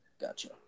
Gotcha